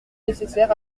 nécessaire